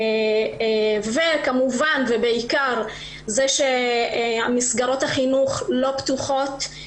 וכמובן ובעיקר זה שמסגרות החינוך לא פתוחות,